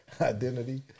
identity